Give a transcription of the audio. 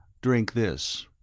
drink this.